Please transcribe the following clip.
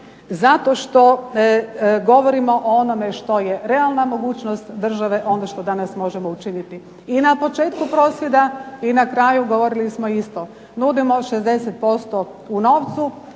zato što govorimo o onome što je realna mogućnost države, onda što danas možemo učiniti. I na početku prosvjeda i na kraju govorili smo isto. Nudimo 60% u novcu,